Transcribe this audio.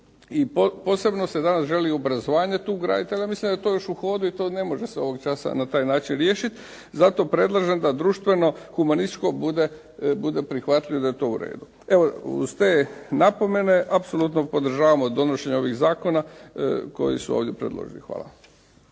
i posebno se danas želi obrazovanje tu ugraditi. Ali ja mislim da je to još u hodu i to ne može se ovog časa na taj način riješiti. Zato predlažem da društveno humanističko bude prihvatljivo i da je to u redu. Evo uz te napomene apsolutno podržavamo donošenje ovih zakona koji su ovdje predloženi. Hvala.